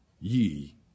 ye